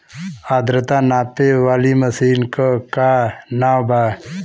आद्रता नापे वाली मशीन क का नाव बा?